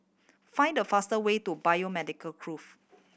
find the faster way to Biomedical Grove